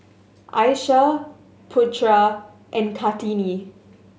Aishah Putra and Kartini